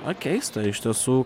na keista iš tiesų